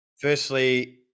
firstly